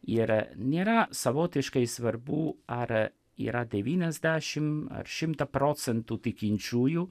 ir nėra savotiškai svarbu ar yra devyneiasdešimt ar šimtą procentų tikinčiųjų